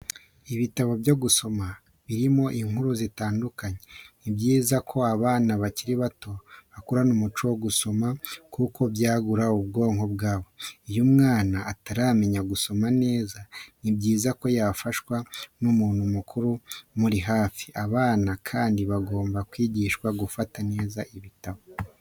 Ibitabo byo gusoma birimo inkuru zitandukanye, ni byiza ko abana bakiri bato bakurana umuco wo gusoma kuko byagura ubwonko bwabo. Iyo umwana ataramenya gusoma neza ni byiza ko yafashwa n'umuntu mukuru umuri hafi. Abana kandi bagomba kwigishwa gufata neza ibitabo.